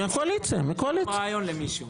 יש לך רעיון למישהו?